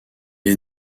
est